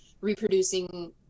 reproducing